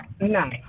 No